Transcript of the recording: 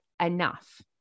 enough